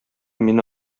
мине